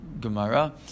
Gemara